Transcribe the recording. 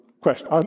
question